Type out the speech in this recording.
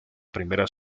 primera